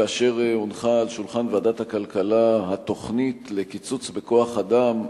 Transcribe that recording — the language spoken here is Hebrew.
כאשר הונחה על שולחן ועדת הכלכלה התוכנית לקיצוץ בכוח-אדם,